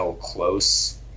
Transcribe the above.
Close